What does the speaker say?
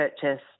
purchase